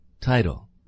Title